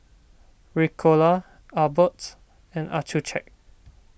Ricola Abbott and Accucheck